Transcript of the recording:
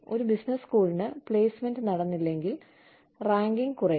ഒരു ബിസിനസ് സ്കൂളിന് പ്ലേസ്മെന്റ് നടന്നില്ലെങ്കിൽ റാങ്കിംഗ് കുറയും